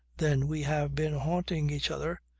then we have been haunting each other,